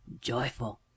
joyful